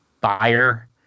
buyer